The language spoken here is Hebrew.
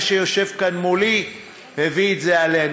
זה שיושב כאן מולי הביא את זה עלינו.